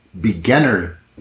beginner